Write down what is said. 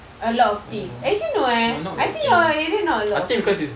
a lot of things actually no eh I think your area not a lot of things